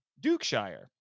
Dukeshire